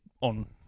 on